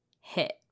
hit